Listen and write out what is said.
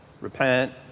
repent